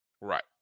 Right